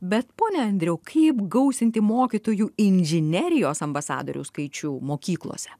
bet pone andriau kaip gausinti mokytojų inžinerijos ambasadoriaus skaičių mokyklose